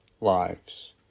lives